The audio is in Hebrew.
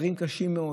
דברים קשים מאוד,